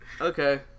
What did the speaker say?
Okay